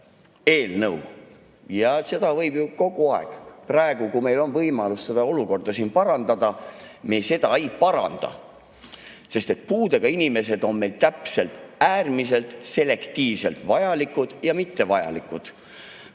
eelnõu. Ja seda võib ju kogu aeg [öelda]. Praegu, kui meil on võimalus seda olukorda siin parandada, me seda ei paranda. Sest puudega inimesed on meil täpselt, äärmiselt selektiivselt vajalikud ja mittevajalikud.